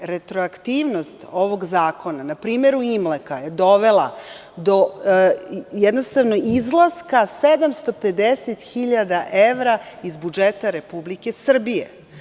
Retroaktivnost ovog zakona na primer u „Imleka“ je dovela jednostavno izlaska 750 hiljada evra iz budžeta Republike Srbije.